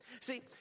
See